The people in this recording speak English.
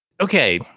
okay